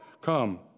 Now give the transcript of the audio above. Come